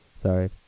Sorry